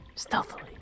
stealthily